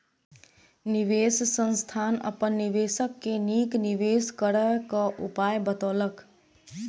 निवेश संस्थान अपन निवेशक के नीक निवेश करय क उपाय बतौलक